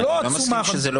אני לא מסכים שזה לא